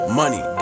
money